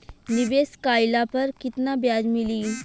निवेश काइला पर कितना ब्याज मिली?